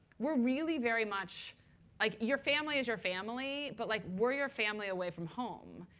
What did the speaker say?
we're really very much like, your family is your family, but like we're your family away from home.